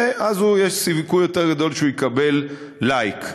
ואז יש סיכוי יותר גדול שהוא יקבל "לייק".